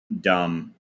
Dumb